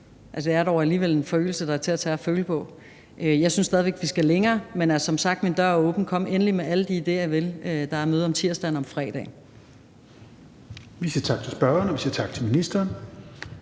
Det er dog alligevel en forøgelse, der er til at tage og føle på. Jeg synes stadig væk, vi skal længere, men som sagt: Min dør er åben, kom endelig med alle de idéer, I vil. Der er møde om tirsdagen og om fredagen.